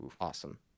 Awesome